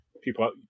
people